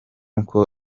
uko